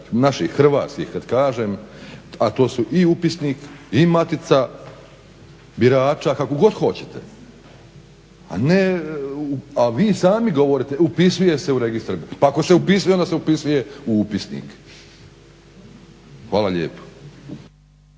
naših Hrvatskih kad kažem, a to su i upisnik i matica birača, kako god hoćete. A ne, a vi sami govorite upisuje se u registar, pa ako se upisuje onda se upisuje u upisnik. Hvala lijepo.